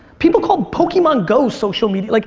people call pokemon go social media, like